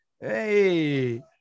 Hey